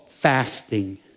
Fasting